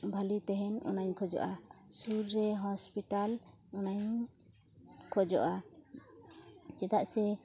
ᱵᱷᱟᱹᱞᱤ ᱛᱟᱦᱮᱱ ᱚᱱᱟᱧ ᱠᱷᱚᱡᱚᱜᱼᱟ ᱥᱩᱨ ᱨᱮ ᱦᱚᱸᱥᱯᱤᱴᱟᱞ ᱚᱱᱟᱜᱮᱧ ᱠᱷᱳᱡᱚᱜᱼᱟ ᱪᱮᱫᱟᱜ ᱥᱮ